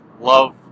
Love